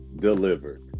delivered